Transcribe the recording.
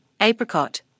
apricot